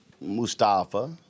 Mustafa